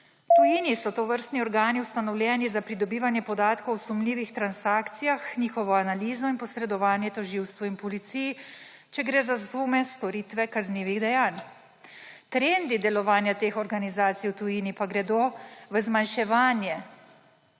tujini so tovrstni organi ustanovljeni za pridobivanje podatkov o sumljivih transakcijah, njihovo analizo in posredovanje tožilstvu in policiji, če gre za sume storitve kaznivih dejanj. Trendi delovanja teh organizacij v tujini pa gredo v zmanjševanje